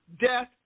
death